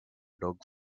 dog